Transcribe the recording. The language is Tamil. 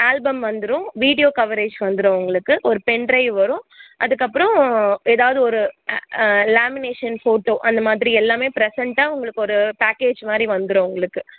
ஆல்பம் வந்துரும் வீடியோ கவரேஜ் வந்துடும் உங்களுக்கு ஒரு பென் ட்ரைவ் வரும் அதுக்கப்புறம் ஏதாவது ஒரு லேமினேஷன் ஃபோட்டோ அந்தமாதிரி எல்லாமே ப்ரசென்டாக உங்களுக்கு ஒரு பேக்கேஜ் மாதிரி வந்துடும் உங்களுக்கு